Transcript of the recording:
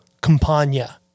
Campania